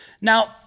Now